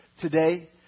today